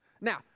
Now